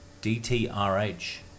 D-T-R-H